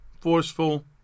forceful